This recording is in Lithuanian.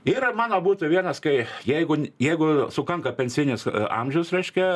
ir mano būtų vienas kai jeigu jeigu sukanka pensinis amžius reiškia